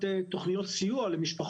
הבריאות